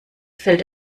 fällt